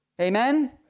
Amen